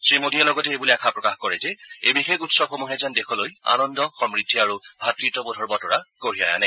শ্ৰীমোদীয়ে লগতে এইবুলি আশা প্ৰকাশ কৰে যে এই বিশেষ উৎসৱসমূহে যেন দেশলৈ আনন্দ সমূদ্ধি আৰু ভাতৃত্ববোধৰ বতৰা কঢ়িয়াই আনে